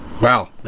Wow